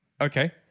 Okay